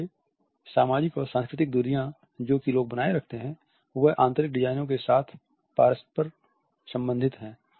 इसलिए सामाजिक और सांस्कृतिक दूरियाँ जो कि लोग बनाए रखते हैं वह आंतरिक डिजाइनों के साथ परस्पर संबंधित हैं